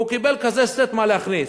והוא קיבל כזה סט מה להכניס.